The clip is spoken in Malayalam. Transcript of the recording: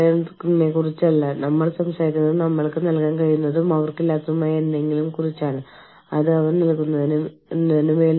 അതിനാൽ ഭാവിയിലെ ഉപയോഗത്തിനായി ഇതെല്ലാം രേഖപ്പെടുത്തേണ്ടതുണ്ട് പ്രത്യേകിച്ചും അവരുടെ വിദേശ സന്ദർശനം ഓർഗനൈസേഷൻ സ്പോൺസർ ചെയ്തിട്ടുണ്ടെങ്കിൽ